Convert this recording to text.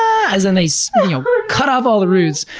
as and they so yeah cut off all the roots,